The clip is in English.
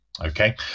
Okay